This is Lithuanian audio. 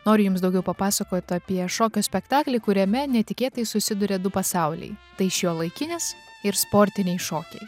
noriu jums daugiau papasakot apie šokio spektaklį kuriame netikėtai susiduria du pasauliai tai šiuolaikinis ir sportiniai šokiai